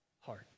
heart